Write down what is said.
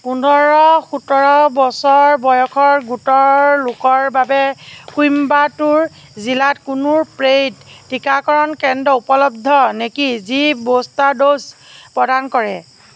পোন্ধৰ সোতৰ বছৰ বয়সৰ গোটৰ লোকৰ বাবে কইম্বাটুৰ জিলাত কোনো পেইড টিকাকৰণ কেন্দ্ৰ উপলব্ধ নেকি যি বুষ্টাৰ ড'জ প্ৰদান কৰে